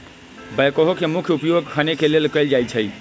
backhoe के मुख्य उपयोग खने के लेल कयल जाइ छइ